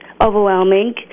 overwhelming